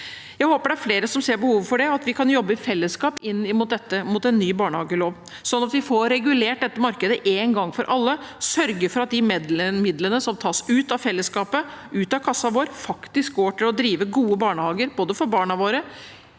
Jeg håper det er flere som ser behovet for det, og at vi kan jobbe i fellesskap med dette inn mot en ny barnehagelov, sånn at vi får regulert dette markedet en gang for alle, og sørge for at de midlene som tas ut av fellesskapet, ut av kassen vår, faktisk går til å drive gode barnehager – både for barna våre,